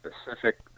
specific